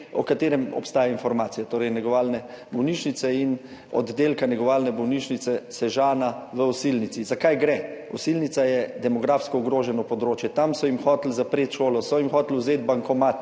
o katerem obstajajo informacije, torej negovalne bolnišnice in oddelka negovalne bolnišnice Sežana v Osilnici. Za kaj gre? Osilnica je demografsko ogroženo področje. Tam so jim hoteli zapreti šolo, so jim hoteli vzeti bankomat,